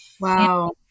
wow